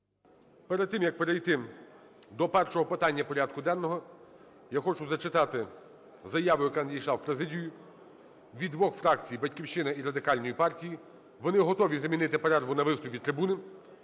Перед тим, як перейти до першого питання порядку денного, я хочу зачитати заяву, яка надійшла в президію від двох фракцій: "Батьківщини" і Радикальної партії. Вони готові замінити перерву на виступ від трибуни.